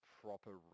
proper